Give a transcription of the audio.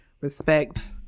respect